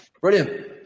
Brilliant